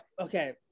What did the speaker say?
okay